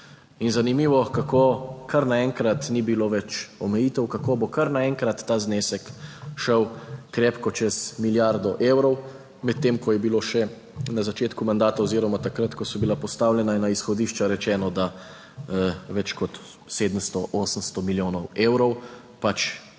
In zanimivo, kako kar naenkrat ni bilo več omejitev, kako bo kar naenkrat ta znesek šel krepko čez milijardo evrov, medtem ko je bilo še na začetku mandata oziroma takrat, ko so bila postavljena na izhodišča, rečeno, da več kot 700, 800 milijonov evrov, pač vreča